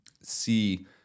see